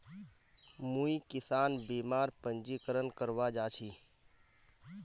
मुई किसान बीमार पंजीकरण करवा जा छि